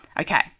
Okay